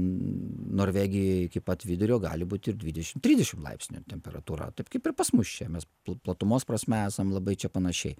norvegijoje iki pat vidurio gali būti ir dvidešimt trisdešimt laipsnių temperatūra taip kaip ir pas mus čia mes pla platumos prasme esam labai čia panašiai